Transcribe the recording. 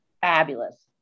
fabulous